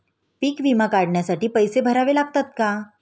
पीक विमा काढण्यासाठी पैसे भरावे लागतात का?